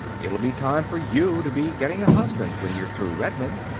it'll be time for you to be getting a husband when you're through redmond,